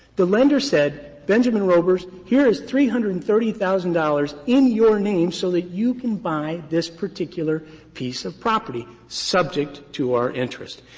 the lender said, benjamin robers, here is three hundred and thirty thousand dollars in your name so that you can buy this particular piece of property, subject to our interest.